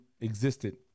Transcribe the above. existed